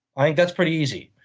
i think that's pretty easy.